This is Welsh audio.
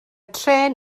trên